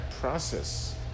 process